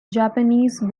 japanese